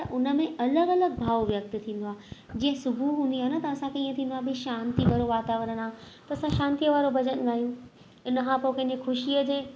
त उन में अलॻि अलॻि भाव व्यक्त थींदो आहे जीअं सुबुह हूंदी आहे त असांखे थींदो आहे भई शांति भरो वातावरणु आहे त असां शांतीअ वारो भॼनु ॻायूं इनखां पोइ कंहिं जे ख़ुशीअ जे